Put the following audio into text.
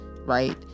right